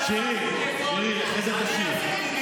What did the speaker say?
שירי, שירי, אחרי זה תשיר.